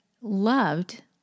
loved